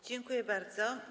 Dziękuję bardzo.